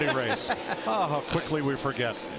ah how quickly we forget.